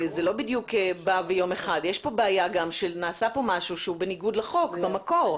נעשה פה משהו שהוא בניגוד לחוק, במקור.